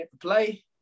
play